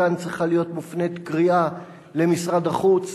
מכאן צריכה להיות מופנית קריאה למשרד החוץ